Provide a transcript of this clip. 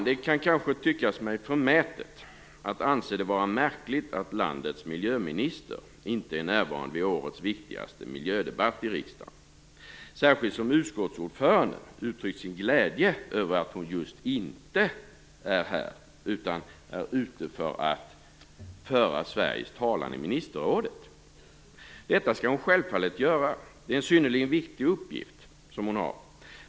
Det kan kanske tyckas mig förmätet att anse det vara märkligt att landets miljöminister inte är närvarande vid årets viktigaste miljödebatt i riksdagen, särskilt som utskottsordföranden har uttryckt sin glädje just över att hon inte är här, utan är ute för att föra Sveriges talan i ministerrådet. Detta skall hon självfallet göra. Det är en synnerligen viktig uppgift hon har.